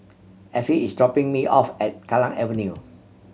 Affie is dropping me off at Kallang Avenue